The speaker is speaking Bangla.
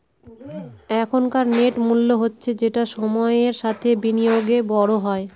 এখনকার নেট মূল্য হচ্ছে যেটা সময়ের সাথে বিনিয়োগে বড় হয়